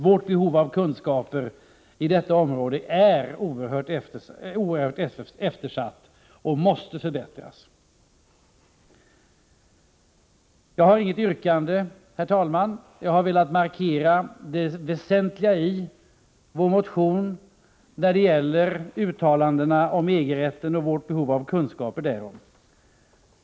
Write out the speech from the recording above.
Vårt behov av kunskaper på detta område är oerhört eftersatt och måste förbättras. Herr talman! Jag har inget yrkande. Jag har velat markera det väsentliga i vår motion när det gäller uttalandena om EG-rätten och vårt behov av kunskaper därom.